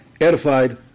edified